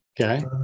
Okay